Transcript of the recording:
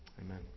Amen